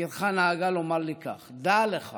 פירחה נהגה לומר לי כך: דע לך